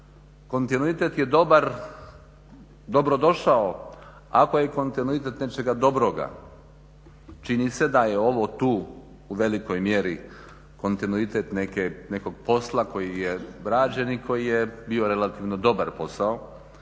kontinuitet je dobar, dobro došao ako je kontinuitet nečega dobroga, čini se da je ovo tu u velikoj mjeri kontinuitet nekog posla koji je rađen i koji je bio relativno dobar posao,